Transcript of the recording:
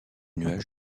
nuage